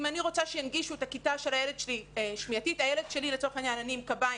אם אני רוצה שינגישו את הכיתה של הילד שלי לליקוי שמיעה אני עם קביים